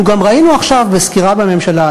אנחנו גם ראינו עכשיו בסקירה בממשלה,